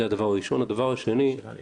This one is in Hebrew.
מדובר על